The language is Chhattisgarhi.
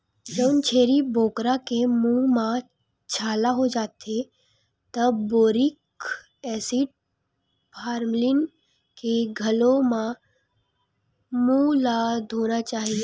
जउन छेरी बोकरा के मूंह म छाला हो जाथे त बोरिक एसिड, फार्मलीन के घोल म मूंह ल धोना चाही